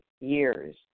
years